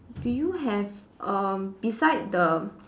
do you have um beside the